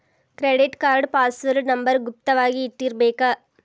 credit card password number ಗುಪ್ತ ವಾಗಿ ಇಟ್ಟಿರ್ಬೇಕ